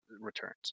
returns